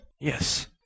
Yes